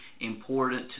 important